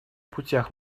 путях